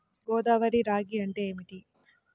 గోదావరి రాగి అంటే ఏమిటి?